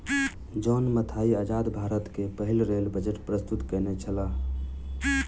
John Mathai आजाद भारत के पहिल रेल बजट प्रस्तुत केनई छला